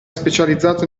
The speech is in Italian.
specializzato